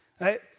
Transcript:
Right